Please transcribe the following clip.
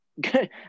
good